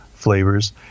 flavors